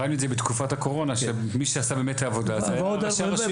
ראינו את זה בתקופת הקורנה שמי שעשה באמת את העבודה זה ראשי הרשויות,